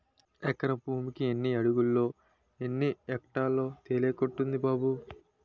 ఎకరం భూమికి ఎన్ని అడుగులో, ఎన్ని ఎక్టార్లో తెలియకుంటంది బాబూ